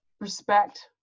respect